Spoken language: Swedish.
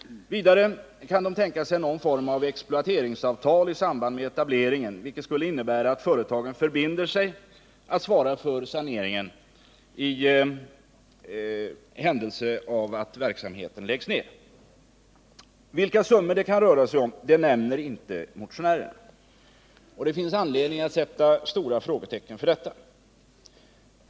Vidare kan de tänka sig någon form av exploateringsavtal i samband med etableringen, vilket skulle innebära att företagen förbinder sig att svara för saneringen i händelse av att verksamheten läggs ner. Vilka summor det kan röra sig om nämner inte motionärerna, och det finns anledning att sätta stora frågetecken för detta.